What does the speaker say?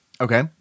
Okay